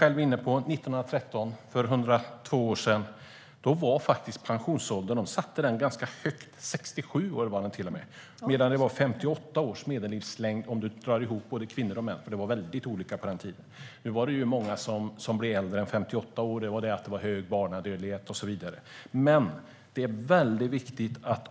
År 1913, för 102 år sedan, var pensionsåldern ganska hög, 67 år, medan medellivslängden var 58 år, om man slår ihop siffrorna för kvinnor och män; skillnaderna var stora mellan dem på den tiden. Nu blev många äldre än 58 år, men barnadödligheten och så vidare var hög.